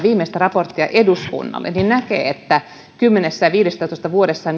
viimeistä raporttia eduskunnalle näkee että kymmenessä viiva viidessätoista vuodessa